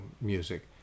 music